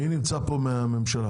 מי נמצא פה מהממשלה?